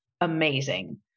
amazing